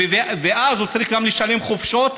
ואז הוא צריך לשלם גם חופשות,